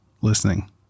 listening